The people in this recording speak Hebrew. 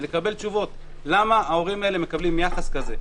לקבל תשובות: למה ההורים האלה מקבלים יחס כזה?